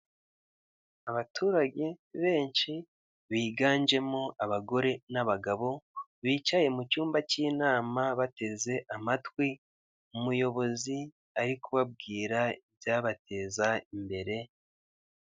Abaturage benshi, biganjemo abagore n'abagabo, bicaye mu cyuma k'inama bateze amatwi, umuyobozi ari kubabwira ibyabateza imbere...